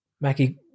Maggie